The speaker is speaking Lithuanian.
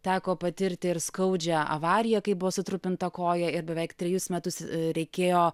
teko patirti ir skaudžią avariją kai buvo sutrupinta koja ir beveik trejus metus reikėjo